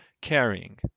Carrying